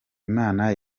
imana